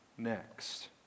next